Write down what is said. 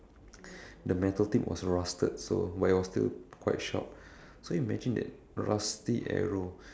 the metal thing was rusted so but it was still quite sharp so imagine that rusty arrow